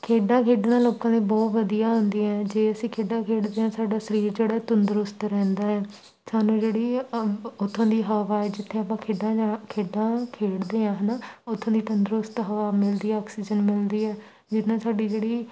ਖੇਡਾਂ ਖੇਡਣਾ ਲੋਕਾਂ ਲਈ ਬਹੁਤ ਵਧੀਆ ਹੁੰਦੀ ਹੈ ਜੇ ਅਸੀਂ ਖੇਡਾਂ ਖੇਡਦੇ ਹਾਂ ਸਾਡਾ ਸਰੀਰ ਜਿਹੜਾ ਤੰਦਰੁਸਤ ਰਹਿੰਦਾ ਹੈ ਸਾਨੂੰ ਜਿਹੜੀ ਅਮ ਉੱਥੋਂ ਦੀ ਹਵਾ ਜਿੱਥੇ ਆਪਾਂ ਖੇਡਣ ਜਾਣਾ ਖੇਡਾਂ ਖੇਡਦੇ ਹਾਂ ਹੈ ਨਾ ਉੱਥੋਂ ਦੀ ਤੰਦਰੁਸਤ ਹਵਾ ਮਿਲਦੀ ਆਕਸੀਜਨ ਮਿਲਦੀ ਹੈ ਜਿਹਦੇ ਨਾਲ ਸਾਡੀ ਜਿਹੜੀ